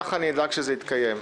אני אדאג שזה יתקיים כך.